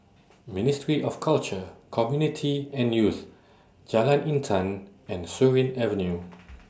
Ministry of Culture Community and Youth Jalan Intan and Surin Avenue